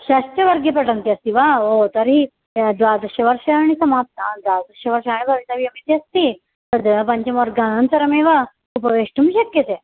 षष्ठे वर्गे पठन्ती अस्ति वा ओ तर्हि द्वादशवर्षाणि समाप्तानि द्वादशवर्षाणि भवितव्यम् इति अस्ति तद् पञ्चमवर्ग अनन्तरमेव उपवेष्टुं शक्यते